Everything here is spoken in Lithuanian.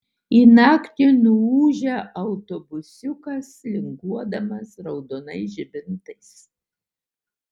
į naktį nuūžia autobusiukas linguodamas raudonais žibintais